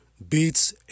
beats